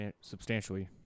Substantially